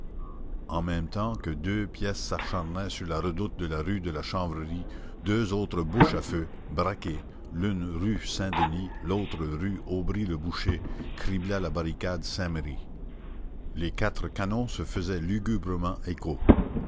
en même temps que deux pièces s'acharnaient sur la redoute de la rue de la chanvrerie deux autres bouches à feu braquées l'une rue saint-denis l'autre rue aubry le boucher criblaient la barricade saint-merry les quatre canons se faisaient lugubrement écho